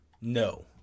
No